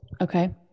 okay